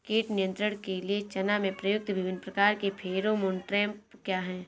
कीट नियंत्रण के लिए चना में प्रयुक्त विभिन्न प्रकार के फेरोमोन ट्रैप क्या है?